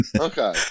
Okay